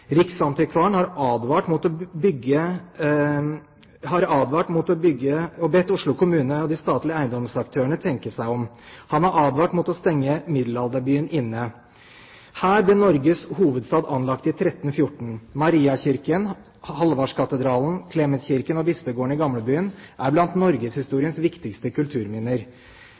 Riksantikvaren har bedt Oslo kommune og de statlige eiendomsaktørene tenke seg om. Han har advart mot å stenge middelalderbyen inne. Her ble Norges hovedstad anlagt i 1314. Mariakirken, Hallvardskatedralen, Klemetskirken og bispegården i Gamlebyen er blant norgeshistoriens viktigste kulturminner.